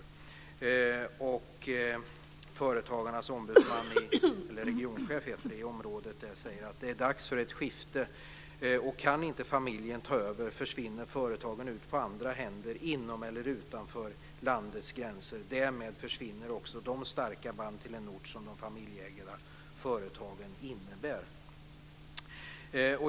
Regionchefen för företagarnas ombudsman säger att det är dags för ett skifte, och kan inte familjen ta över försvinner företaget ut i andra händer inom eller utanför landets gränser. Därmed försvinner också de starka band till en ort som de familjeägda företagen innebär.